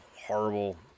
horrible